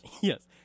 yes